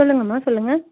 சொல்லுங்கம்மா சொல்லுங்கள்